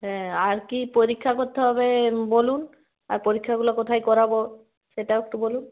হ্যাঁ আর কী পরীক্ষা করতে হবে বলুন আর পরীক্ষাগুলো কোথায় করাব সেটাও একটু বলুন